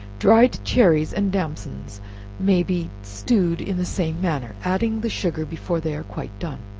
dried cherries and damsons may be stewed in the same manner, adding the sugar before they are quite done.